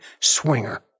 swinger